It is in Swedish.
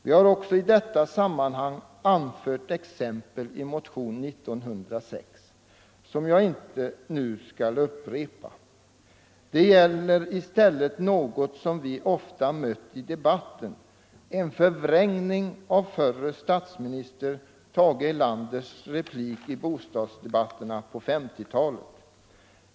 Vi har också i detta sammanhang anfört exempel i motionen 1906, som jag nu inte skall upprepa. Det gäller i stället något som vi ofta mött i debatten, en förvrängning av förre statsministern Tage Erlanders replik i bostadsdebatten på 1950-talet.